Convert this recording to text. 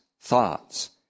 thoughts